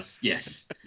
Yes